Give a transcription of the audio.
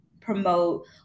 promote